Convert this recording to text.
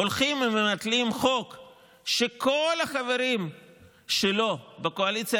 הולכים ומבטלים חוק שכל החברים שלו בקואליציה